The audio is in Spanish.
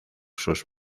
sus